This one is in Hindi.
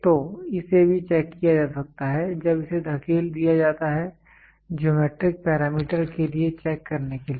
तो इसे भी चेक किया जा सकता है जब इसे धकेल दिया जाता है ज्योमैट्रिक पैरामीटर के लिए चेक करने के लिए